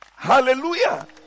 Hallelujah